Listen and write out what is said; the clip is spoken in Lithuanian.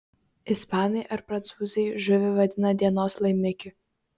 ispanai ar prancūzai žuvį vadina dienos laimikiu